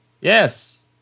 Yes